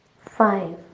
five